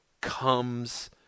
comes